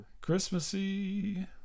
Christmassy